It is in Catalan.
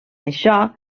això